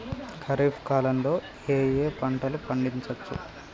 ఖరీఫ్ కాలంలో ఏ ఏ పంటలు పండించచ్చు?